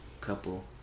couple